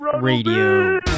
Radio